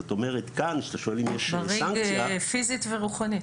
זאת אומרת כשאתה שואל אם יש סנקציה --- פיזית ורוחנית.